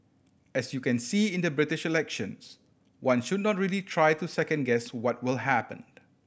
as you can see in the British elections one should not really try to second guess what will happen